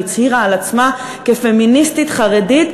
שהצהירה על עצמה שהיא פמיניסטית חרדית,